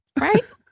right